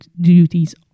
duties